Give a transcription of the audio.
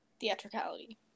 theatricality